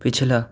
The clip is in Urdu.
پچھلا